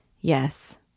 Yes